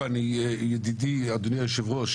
אדוני היושב-ראש,